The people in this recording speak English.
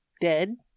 Dead